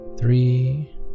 three